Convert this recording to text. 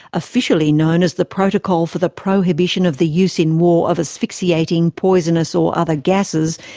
officially known as the protocol for the prohibition of the use in war of asphyxiating, poisonous or other gases,